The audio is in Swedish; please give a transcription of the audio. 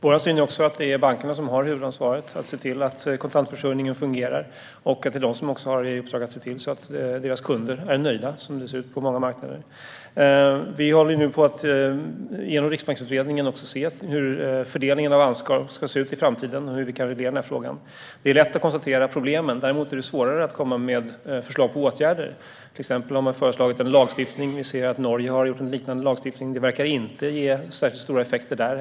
Fru talman! Vår syn är att det är bankerna som har huvudansvaret för att se till att kontantförsörjningen fungerar. Det är de som har i uppdrag att se till att kunderna är nöjda, så som det ser ut på många marknader. Vi håller nu, genom Riksbanksutredningen, på att se hur fördelningen av ansvar ska se ut i framtiden och hur vi kan reglera denna fråga. Det är lätt att konstatera problemen, men däremot är det svårare att komma med förslag på åtgärder. Man har till exempel förslagit lagstiftning. Vi ser att Norge har en liknande lagstiftning, men det verkar inte ge särskilt stora effekter där.